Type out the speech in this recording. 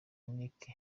nic